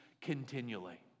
continually